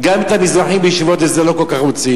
גם את המזרחים בישיבות ההסדר לא כל כך רוצים,